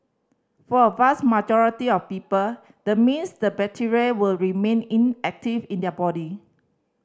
for a vast majority of people the means the bacteria will remain inactive in their body